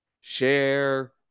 Share